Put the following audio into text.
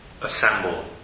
assemble